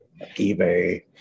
ebay